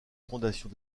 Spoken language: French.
fondations